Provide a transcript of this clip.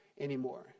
anymore